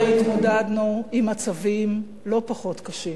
הרי התמודדנו עם מצבים לא פחות קשים.